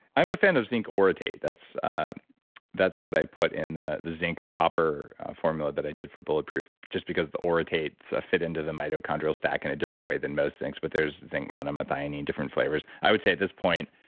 i'm a fan of zinc orotate. that's that's what i put in the the zinc copper formula that i did for bulletproof, just because the orotates fit into the mitochondrial stack in a different way than most things. but there's zinc monomethionine, different flavors. i would say at this point,